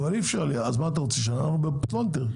אם כך, אנחנו בפלונטר.